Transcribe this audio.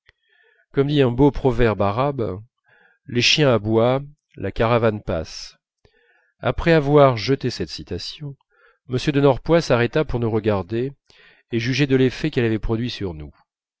comme dit un beau proverbe arabe les chiens aboient la caravane passe après avoir jeté cette citation m de norpois s'arrêta pour nous regarder et juger de l'effet qu'elle avait produit sur nous